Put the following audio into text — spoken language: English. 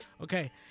Okay